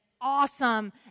awesome